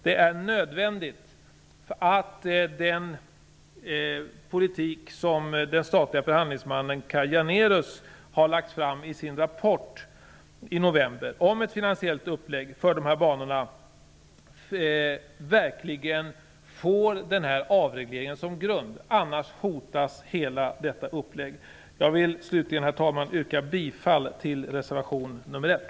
Det är nödvändigt att den politiska inriktning som den statliga förhandlingsmannen Kaj Janérus lade fram i sin rapport i november om ett finansiellt upplägg för banorna verkligen får avregleringen som grund. Annars hotas hela detta upplägg. Herr talman! Jag vill slutligen yrka bifall till reservation 1.